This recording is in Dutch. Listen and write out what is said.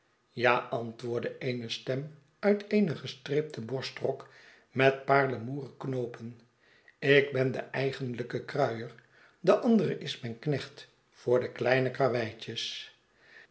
ja antwoordde eene stem uit eene gestreepte borstrok met paarlemoeren knoopen ik ben de eigenlijke kruier de andere is mijn knecht voor de kleine karreweitjes